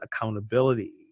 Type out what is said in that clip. accountability